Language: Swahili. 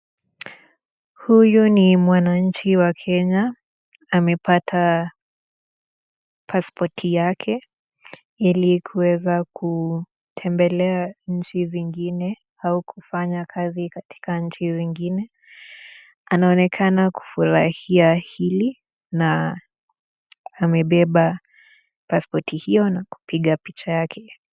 Huyu ni mwananchi wa Kenya, amepata pasipoti yake ili kuweza kutembelea nchi zingine au kufanya kazi katika nchi zingine. Anaonekana kufurahia hili na amebeba pasipoti hiyo na kupiga picha yake.